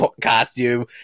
costume